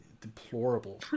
deplorable